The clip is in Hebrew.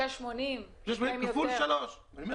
אני הייתי